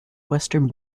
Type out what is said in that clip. western